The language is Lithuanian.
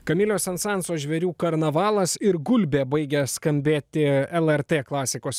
kamilio sensanso žvėrių karnavalas ir gulbė baigia skambėti lrt klasikos